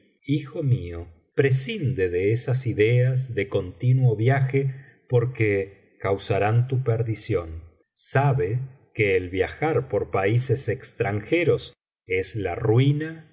hijo mío prescinde de esas ideas de continuo viaje porque caucarán tu perdición sabe que el viajar por países extranjeros es la ruina